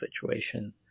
situation